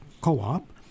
co-op